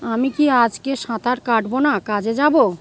আমি কি আজকে সাঁতার কাটবো না কাজে যাবো